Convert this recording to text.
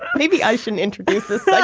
maybe i should introduce this. yeah